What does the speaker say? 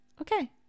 Okay